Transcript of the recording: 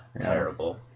terrible